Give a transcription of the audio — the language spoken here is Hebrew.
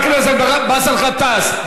חבר הכנסת באסל גטאס,